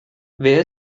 wer